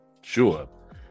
sure